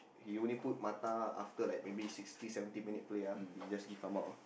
he only put Mattar after like maybe sixty seventy minute play ah he just give come out ah